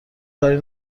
کاری